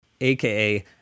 AKA